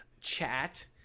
chat